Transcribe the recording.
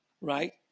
right